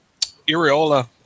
Iriola